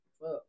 Fuck